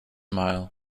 mile